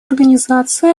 организация